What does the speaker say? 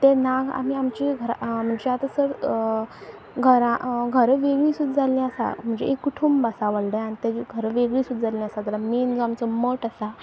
ते नाग आमी आमचे घरा म्हणजे आतां सर घरा घरां वेगळी सुद्दां जाल्ली आसा म्हणजे एक कुटुंब आसा व्हडले आनी तेजी घरां वेगळी सुद्द जाल्ली आसा जाल्यार मेन जो आमचो मट आसा